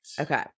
Okay